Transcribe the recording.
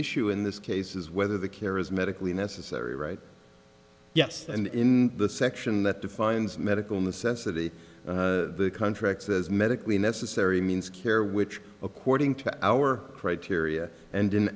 issue in this case is whether the care is medically necessary right yes and in the section that defines medical necessity the contract says medically necessary means care which according to our criteria and in